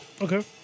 Okay